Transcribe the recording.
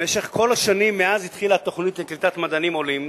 במשך כל השנים מאז התחילה התוכנית לקליטת מדענים עולים,